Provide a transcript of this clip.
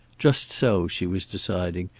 just so, she was deciding,